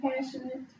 passionate